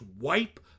wipe